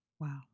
Wow